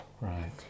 Right